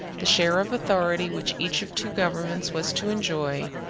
the share of authority which each of two governments was to enjoy,